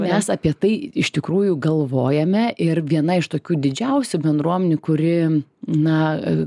mes apie tai iš tikrųjų galvojame ir viena iš tokių didžiausių bendruomenių kuri na